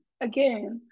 again